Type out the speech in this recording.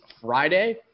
Friday